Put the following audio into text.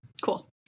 cool